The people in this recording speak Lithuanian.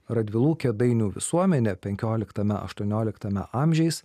radvilų kėdainių visuomenė penkioliktame aštuonioliktame amžiais